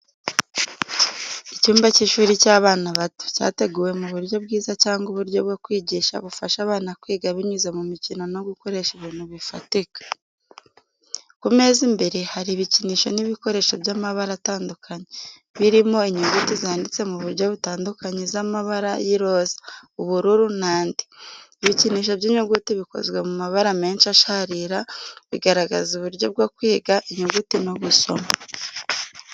Icyumba cy’ishuri cy’abana bato, cyateguwe mu buryo bwiza cyangwa uburyo bwo kwigisha bufasha abana kwiga binyuze mu mikino no gukoresha ibintu bifatika. Ku meza imbere hari ibikinisho n’ibikoresho by’amabara atandukanye, birimo: inyuguti zanditse mu buryo butandukanye z’amabara y'iroza, ubururu n’andi. Ibikinisho by’inyuguti bikozwe mu mabara menshi asharira, bigaragaza uburyo bwo kwiga inyuguti no gusoma.